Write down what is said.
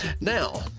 now